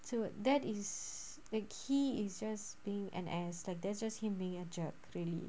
so that is the key is just being an ass that's just him being a jerk really